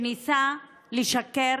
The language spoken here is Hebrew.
שהוא ניסה לשקר